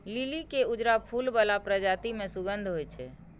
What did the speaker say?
लिली के उजरा फूल बला प्रजाति मे सुगंध होइ छै